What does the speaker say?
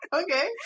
okay